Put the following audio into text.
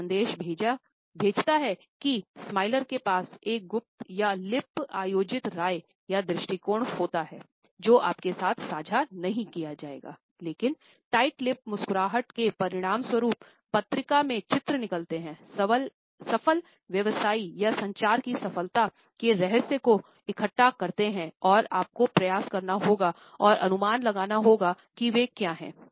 यह संदेश भेजता है कि स्मॉइलर मुस्कुराहट के परिणामस्वरूप पत्रिका में चित्र निकलते है सफल व्यवसायी या संचार की सफलता के रहस्य को इकट्ठा करते हैं और आपको प्रयास करना होगा और अनुमान लगाना होगा कि वे क्या हैं